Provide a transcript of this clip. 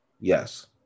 Yes